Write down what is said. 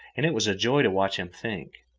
and it was a joy to watch him think.